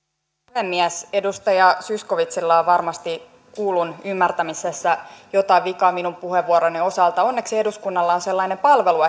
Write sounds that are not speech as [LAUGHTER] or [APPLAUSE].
puhemies edustaja zyskowiczilla on varmasti kuullun ymmärtämisessä jotain vikaa minun puheenvuoroni osalta onneksi eduskunnalla on sellainen palvelu [UNINTELLIGIBLE]